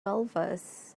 elvis